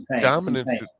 dominance